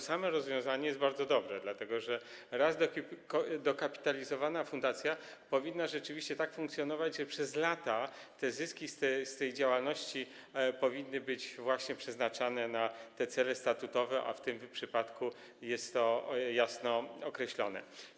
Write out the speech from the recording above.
Samo rozwiązanie jest bardzo dobre, dlatego że raz dokapitalizowana fundacja powinna rzeczywiście tak funkcjonować, żeby przez lata zyski z tej działalności były właśnie przeznaczane na cele statutowe, a w tym przypadku jest to jasno określone.